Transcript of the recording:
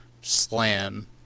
slam